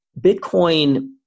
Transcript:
Bitcoin